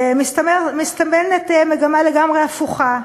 מסתמנת מגמה לגמרי הפוכה,